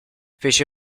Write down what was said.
fece